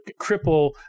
cripple